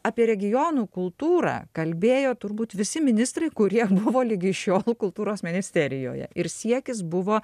apie regionų kultūrą kalbėjo turbūt visi ministrai kurie buvo ligi šiol kultūros ministerijoje ir siekis buvo